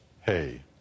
hey